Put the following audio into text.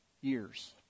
years